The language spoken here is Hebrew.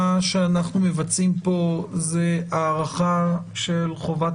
מה שאנחנו מבצעים פה זה הארכה של חובת